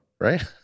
Right